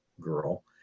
girl